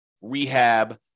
rehab